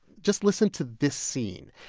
just listen to this scene.